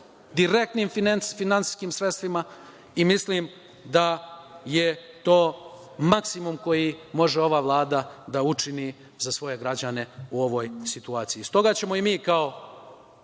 direktnim finansijskim sredstvima i mislim da je to maksimum koji može ova Vlada da učini za svoje građane u ovoj situaciji. Stoga ćemo i mi kao